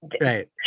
Right